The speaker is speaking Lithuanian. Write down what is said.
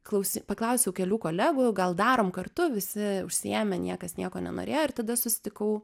klausi paklausiau kelių kolegų gal darom kartu visi užsiėmę niekas nieko nenorėjo ir tada susitikau